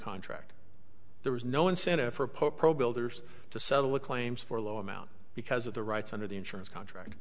contract there was no incentive for pope pro builders to settle the claims for low amount because of the rights under the insurance contract